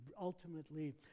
ultimately